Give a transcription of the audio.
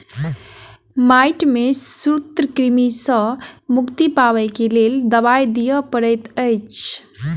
माइट में सूत्रकृमि सॅ मुक्ति पाबअ के लेल दवाई दियअ पड़ैत अछि